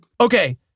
Okay